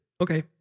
Okay